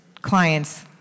client's